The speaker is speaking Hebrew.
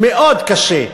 מאוד קשה,